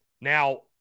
Now